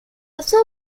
also